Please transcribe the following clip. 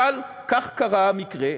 אבל כך קרה המקרה,